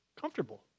Comfortable